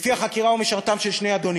לפי החקירה, הוא משרתם של שני אדונים,